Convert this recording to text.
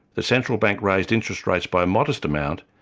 the central bank raised interest rates by a modest amount,